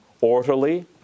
orderly